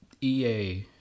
ea